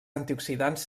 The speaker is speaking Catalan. antioxidants